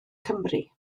cymru